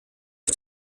auf